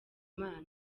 imana